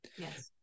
Yes